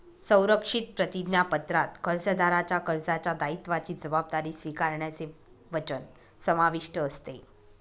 संरक्षित प्रतिज्ञापत्रात कर्जदाराच्या कर्जाच्या दायित्वाची जबाबदारी स्वीकारण्याचे वचन समाविष्ट असते